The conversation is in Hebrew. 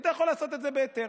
היית יכול לעשות את זה בהיתר.